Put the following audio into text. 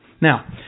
Now